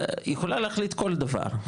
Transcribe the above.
היא יכולה להחליט כל דבר,